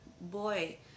boy